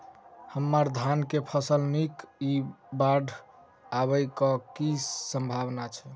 हम्मर धान केँ फसल नीक इ बाढ़ आबै कऽ की सम्भावना छै?